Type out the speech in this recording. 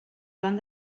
joan